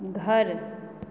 घर